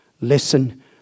Listen